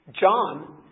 John